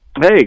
Hey